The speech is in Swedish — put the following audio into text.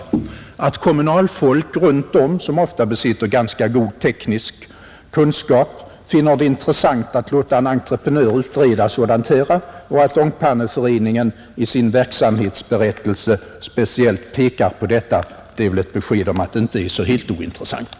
Att kommunalfolk runtom i landet, som ofta besitter ganska god teknisk kunskap, finner det riktigt att låta entreprenörer utreda sådana saker och att Ångpanneföreningen i sin verksamhetsberättelse speciellt pekar på detta ger väl besked om att det inte är så helt ointressant.